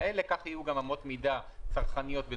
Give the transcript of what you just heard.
אם הם מהותיים צריך לשים אותם כאן.